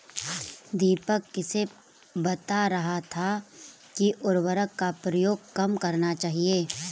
दीपक किसे बता रहा था कि उर्वरक का प्रयोग कम करना चाहिए?